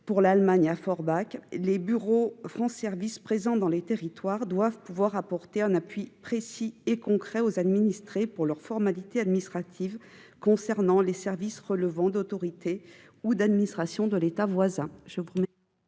pour l'Allemagne, à Forbach. Les bureaux France Services présents dans les territoires doivent pouvoir apporter un appui précis et concret aux administrés dans l'accomplissement de leurs formalités administratives concernant les services relevant d'autorités ou d'administrations de l'État voisin.